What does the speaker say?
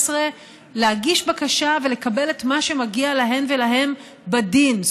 להגיש בקשה ולקבל את מה שמגיע להם ולהן בדין,